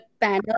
panel